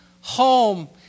home